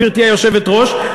גברתי היושבת-ראש,